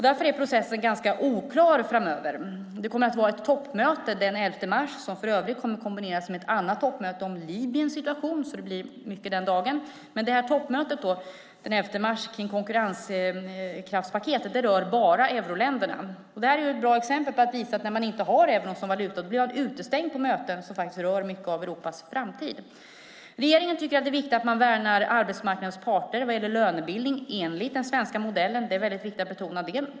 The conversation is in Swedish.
Därför är processen ganska oklar framöver. Det kommer att vara ett toppmöte den 11 mars som för övrigt kommer att kombineras med ett annat toppmöte om Libyens situation. Det blir därför mycket den dagen. Men toppmötet den 11 mars kring konkurrenskraftspaketet rör bara euroländerna. Det är ett bra exempel för att visa att när man inte har euron som valuta blir man utestängd från möten som faktiskt rör mycket av Europas framtid. Regeringen tycker att det är viktigt att man värnar arbetsmarknadens parter vad gäller lönebildning enligt den svenska modellen. Det är väldigt viktigt att betona det.